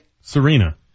Serena